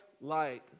light